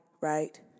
right